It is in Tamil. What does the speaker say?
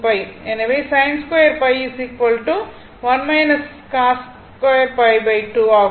எனவே sin 2 1 cos 2 2 ஆகும்